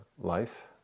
life